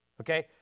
Okay